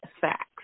facts